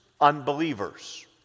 unbelievers